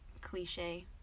cliche